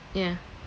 yeah